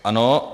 Ano.